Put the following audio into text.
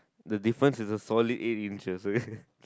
the difference is a solid eight inches okay